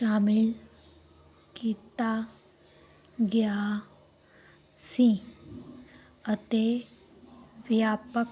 ਸ਼ਾਮਿਲ ਕੀਤਾ ਗਿਆ ਸੀ ਅਤੇ ਵਿਆਪਕ